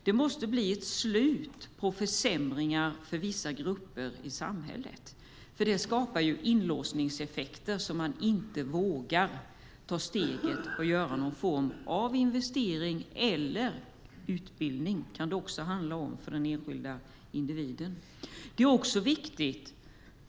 Det måste bli ett slut på försämringar för vissa grupper i samhället. Det skapar ju inlåsningseffekter så att man inte vågar ta steget och göra investeringar eller utbilda sig, vilket det också kan handla om för den enskilde.